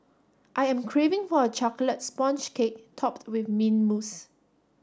I am craving for a chocolate sponge cake topped with mint mousse